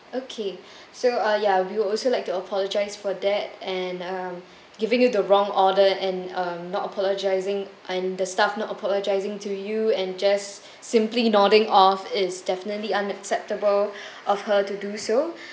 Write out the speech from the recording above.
okay so uh ya we would also like to apologise for that and um giving you the wrong order and um not apologising and the staff not apologising to you and just simply nodding off is definitely unacceptable of her to do so